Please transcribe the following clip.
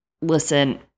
listen